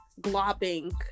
glopping